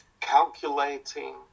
calculating